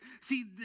see